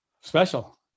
special